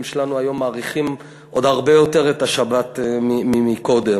שלנו היום מעריכים את השבת עוד הרבה יותר מאשר קודם.